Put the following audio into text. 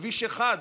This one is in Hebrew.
בכביש 1,